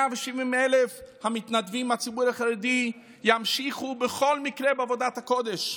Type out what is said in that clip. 170,000 המתנדבים מהציבור החרדי ימשיכו בכל מקרה בעבודת הקודש,